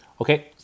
okay